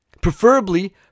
Preferably